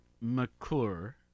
McClure